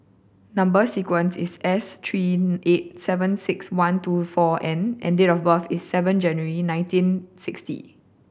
number sequence is S three eight seven six one two four N and date of birth is seven January nineteen sixty